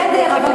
בסדר.